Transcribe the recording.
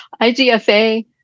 IGFA